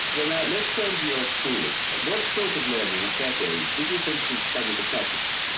well now your schooling. what sort of learning at that age? did you for instance study the classics?